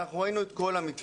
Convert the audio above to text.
ואנחנו ראינו את כל המתווים,